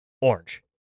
Orange